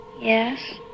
Yes